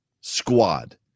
squad